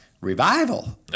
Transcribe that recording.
Revival